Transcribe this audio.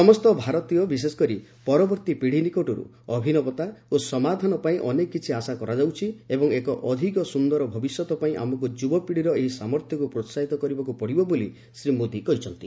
ସମସ୍ତ ଭାରତୀୟ ବିଶେଷକରି ପରବର୍ତ୍ତୀ ପିଡ଼ୀନିକଟରୁ ଅଭିନବତା ଓ ସମାଧାନ ପାଇଁ ଅନେକ କିଛି ଆଶା କରାଯାଉଛି ଏବଂ ଏକ ଅଧିକ ସୁନ୍ଦର ଭବିଷ୍ୟତ ପାଇଁ ଆମକୁ ଯୁବାପିତ୍ୱୀର ଏହି ସାମର୍ଥ୍ୟକୁ ପ୍ରୋହାହିତ କରିବାକୁ ପଡିବ ବୋଲି ଶ୍ରୀ ମୋଦି କହିଚ୍ଛନ୍ତି